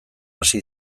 hasi